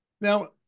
Now